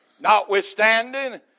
Notwithstanding